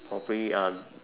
hopefully uh